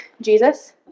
Jesus